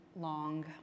long